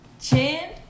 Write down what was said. chin